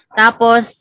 tapos